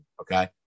Okay